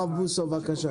הרב בוסו, בבקשה.